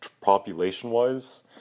population-wise